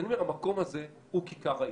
המקום הזה הוא כיכר העיר,